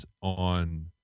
on